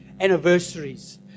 anniversaries